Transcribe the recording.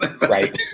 right